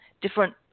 different